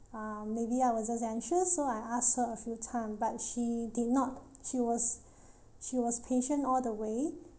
uh maybe I was just anxious so I asked her a few times but she did not she was she was patient all the way and